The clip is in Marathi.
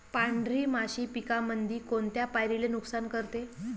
पांढरी माशी पिकामंदी कोनत्या पायरीले नुकसान करते?